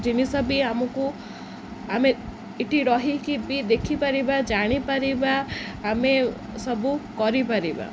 ଜିନିଷ ବି ଆମକୁ ଆମେ ଏଠି ରହିକି ବି ଦେଖିପାରିବା ଜାଣିପାରିବା ଆମେ ସବୁ କରିପାରିବା